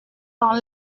dans